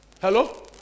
Hello